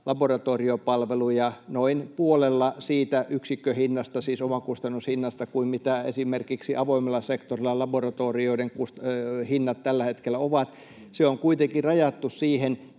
laboratoriopalveluja noin puolella siitä yksikköhinnasta, siis omakustannushinnasta, mitä esimerkiksi avoimella sektorilla laboratorioiden hinnat tällä hetkellä ovat. Se on kuitenkin rajattu siihen